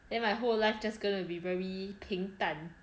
then my whole life just gonna be very 平淡